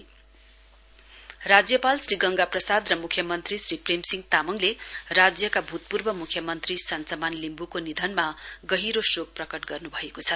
x CM condolence राज्यपाल श्री गंगा प्रसाद र मुख्यमन्त्री श्री प्रेमसिंह तामाङले राज्यका भूतपूर्व म्ख्यमन्त्री सञ्चमान लिम्ब्को निधनमा गहिरो शोक प्रकट गर्न्भएको छ